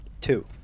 Two